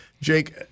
Jake